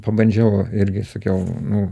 pabandžiau irgi sakiau